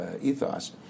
ethos